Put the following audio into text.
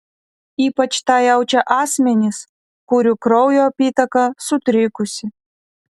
ypač tą jaučia asmenys kurių kraujo apytaka sutrikusi